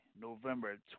November